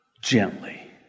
Gently